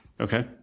Okay